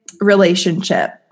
relationship